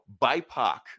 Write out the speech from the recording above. BIPOC